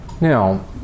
Now